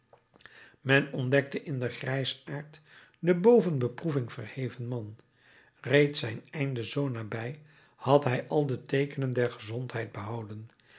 men ontdekte in dien grijsaard den boven beproeving verheven man reeds zijn einde zoo nabij had hij al de teekenen der gezondheid behouden